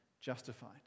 justified